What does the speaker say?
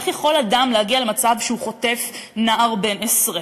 איך יכול אדם להגיע למצב שהוא חוטף נער בן-עשרה?